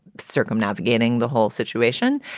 circumnavigating the whole situation,